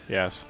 Yes